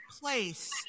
place